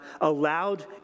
allowed